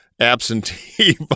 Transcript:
absentee